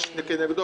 לצערי,